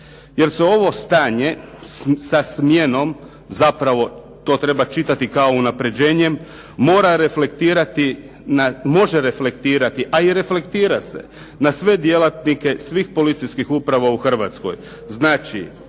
jer se ovo stanje sa smjenom zapravo to treba čitati kao unapređenjem, može reflektirati, a i reflektira se na sve djelatnike svih policijskih uprava u Hrvatskoj.